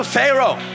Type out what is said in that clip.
Pharaoh